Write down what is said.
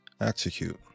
execute